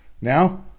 Now